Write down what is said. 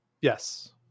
Yes